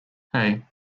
hey